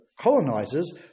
colonizers